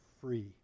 free